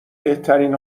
بهترین